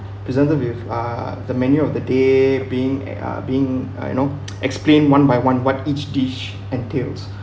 presented with uh the menu of the day being at uh being uh you know explain one by one what each dish and tales